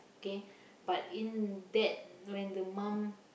K but in that when the mum